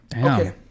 Okay